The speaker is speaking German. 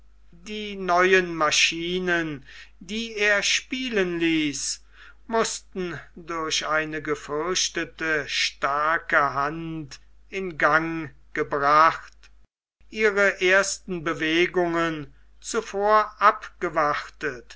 die neuen maschinen die er spielen ließ mußten durch eine gefürchtete starke hand in gang gebracht ihre ersten bewegungen zuvor abgewartet